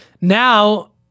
now